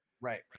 Right